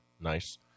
Nice